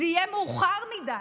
זה יהיה מאוחר מדי.